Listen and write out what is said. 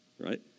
Right